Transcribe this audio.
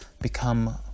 become